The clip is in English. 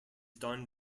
done